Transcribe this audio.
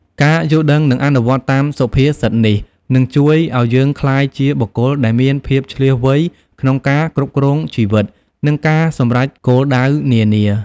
ការយល់ដឹង និងអនុវត្តតាមសុភាសិតនេះ នឹងជួយឲ្យយើងក្លាយជាបុគ្គលដែលមានភាពឈ្លាសវៃក្នុងការគ្រប់គ្រងជីវិត និងការសម្រេចគោលដៅនានា។